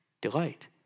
delight